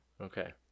Okay